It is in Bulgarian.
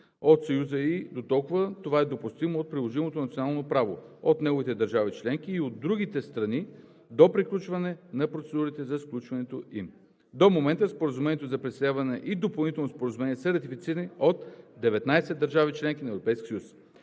от Съюза и доколкото това е допустимо от приложимото национално право, от неговите държави членки и от другите страни – до приключване на процедурите за сключването им. До момента Споразумението за присъединяване и Допълнителното споразумение са ратифицирани от 19 държави –членки на